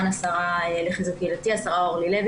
השרה לחיזוק קהילתי השרה אורלי לוי,